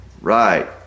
Right